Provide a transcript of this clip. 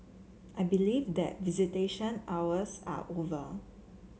I believe that visitation hours are over